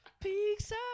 Pizza